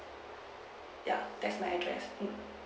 yup that's my address mm